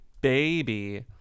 Baby